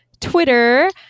Twitter